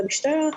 במשטרה,